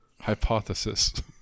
hypothesis